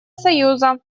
союза